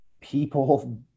people